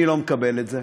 אני לא מקבל את זה.